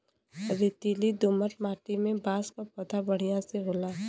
रेतीली दोमट माटी में बांस क पौधा बढ़िया से होला